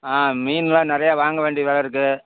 ஆ மீன் எல்லாம் நிறையா வாங்க வேண்டி வேறு இருக்கு